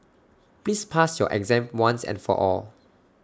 please pass your exam once and for all